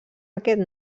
aquest